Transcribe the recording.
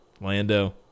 Lando